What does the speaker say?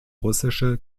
russische